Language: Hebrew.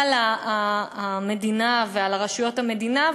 על המדינה ועל רשויות המדינה,